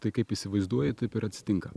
tai kaip įsivaizduoji taip ir atsitinka